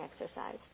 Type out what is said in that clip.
exercise